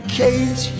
case